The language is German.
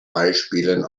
beispielen